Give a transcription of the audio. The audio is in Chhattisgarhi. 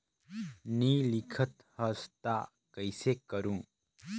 नी लिखत हस ता कइसे करू?